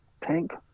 tank